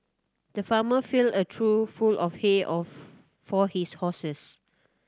the farmer filled a trough full of hay of for his horses